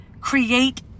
create